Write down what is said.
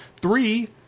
Three